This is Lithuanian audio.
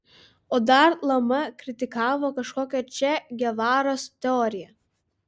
o dar lama kritikavo kažkokio če gevaros teoriją